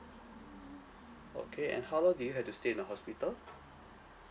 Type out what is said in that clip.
okay and how long did you had to stay in a hospital